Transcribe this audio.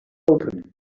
open